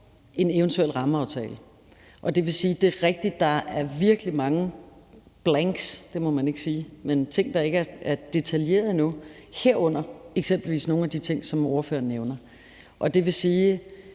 en eventuel rammeaftale. Det vil sige, at det er rigtigt, at der er virkelig mange blanks – det må man ikke sige, men ting, der ikke er detaljerede endnu, herunder eksempelvis nogle af de ting, som ordføreren nævner. Og det vil sige,